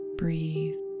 breathe